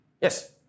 Yes